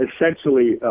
essentially